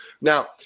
Now